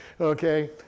Okay